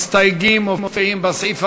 משום שהמצב הקיים הוא מצב שערורייתי,